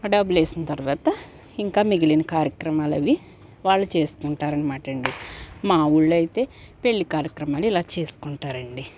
డబ్బులేసిన తర్వాత ఇంకా మిగిలిన కార్యక్రమాలవి వాళ్ళు చేసుకుంటారనమాటండి మా ఊళ్ళో అయితే పెళ్లి కార్యక్రమాలు ఇలా చేసుకుంటారండి